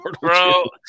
Bro